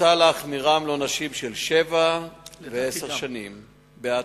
מוצע להחמירם לעונשים של שבע ועשר שנים בהתאמה.